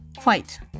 fight